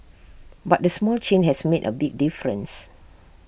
but A small change has made A big difference